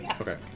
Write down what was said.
Okay